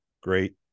Great